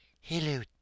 Hello